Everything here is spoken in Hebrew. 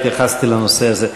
התייחסתי לנושא הזה,